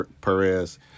Perez